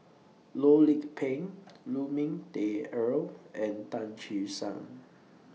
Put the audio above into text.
Loh Lik Peng Lu Ming Teh Earl and Tan Che Sang